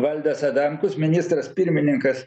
valdas adamkus ministras pirmininkas